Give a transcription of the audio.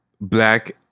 black